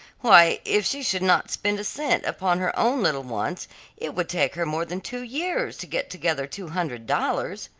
why, if she should not spend a cent upon her own little wants it would take her more than two years to get together two hundred dollars.